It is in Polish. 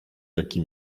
jaki